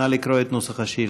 נא לקרוא את נוסח השאילתה.